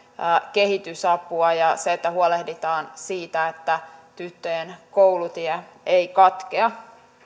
kehitysapua ja se että huolehditaan siitä että tyttöjen koulutie ei katkea